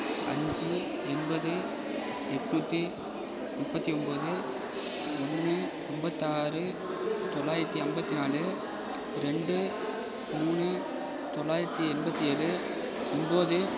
அஞ்சு எண்பது எட்நூற்றி முப்பத்து ஒன்பது மூணு ஐம்பத்தாறு தொள்ளாயிரத்து ஐம்பத்தி நாலு ரெண்டு மூணு தொள்ளாயிரத்து எண்பத்து ஏழு ஒம்பது